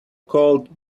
called